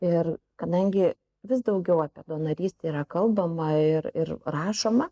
ir kadangi vis daugiau apie donorystę yra kalbama ir ir rašoma